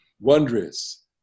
Wondrous